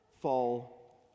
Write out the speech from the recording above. fall